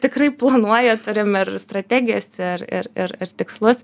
tikrai planuoja turim ir strategijas ir ir ir ir tikslus